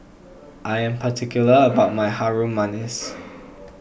I am particular about my Harum Manis